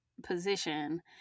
position